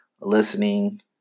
listening